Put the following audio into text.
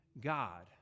God